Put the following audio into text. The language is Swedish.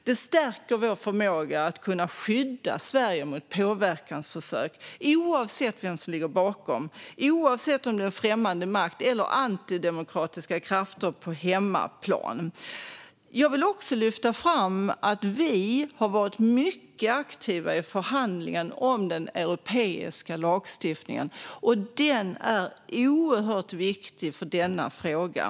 Det stärker vår förmåga att skydda Sverige mot påverkansförsök, oavsett vem som ligger bakom, oavsett om det är främmande makt eller antidemokratiska krafter på hemmaplan. Jag vill också lyfta fram att vi har varit mycket aktiva i förhandlingen om den europeiska lagstiftningen. Den är oerhört viktig för denna fråga.